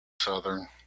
southern